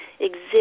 exist